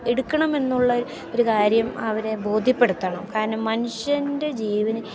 എടുക്കണമെന്നുള്ള ഒരു കാര്യം അവരെ ബോധ്യപ്പെടുത്തണം കാരണം മനുഷ്യൻ്റെ ജീവന്